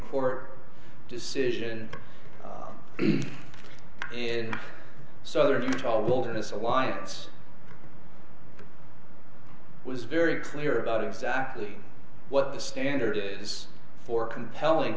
court decision in southern utah wilderness alliance was very clear about exactly what the standard it is for compelling